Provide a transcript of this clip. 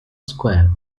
square